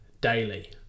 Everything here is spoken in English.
daily